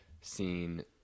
seen